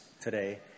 today